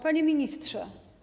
Panie Ministrze!